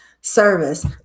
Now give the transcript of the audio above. service